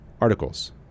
articles